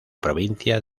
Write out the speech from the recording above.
provincia